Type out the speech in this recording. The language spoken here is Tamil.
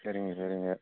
சரிங்க சரிங்க